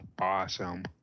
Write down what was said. awesome